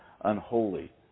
unholy